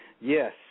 Yes